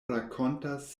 rakontas